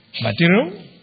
material